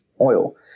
oil